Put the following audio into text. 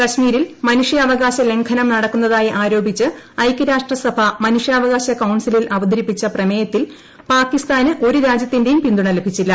കശ്മീരിൽ മനുഷ്യാവകാശലംഘനം നടക്കുന്നതായി ആരോപിച്ച് ഐക്യരാഷ്ട്രസഭ മനുഷ്യാവകാശ കൌൺസിലിൽ അവതരിപ്പിച്ച പ്രമേയത്തിൽ പാകിസ്ഥാന് ഒരു രാജ്യത്തിന്റെയും പിന്തുണ ലഭിച്ചില്ല